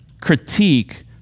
critique